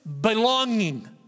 Belonging